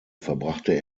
verbrachte